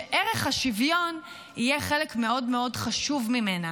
שערך השוויון יהיה חלק מאוד מאוד חשוב בה.